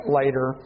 later